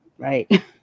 Right